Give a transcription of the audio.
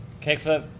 kickflip